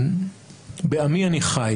אבל בעמי אני חי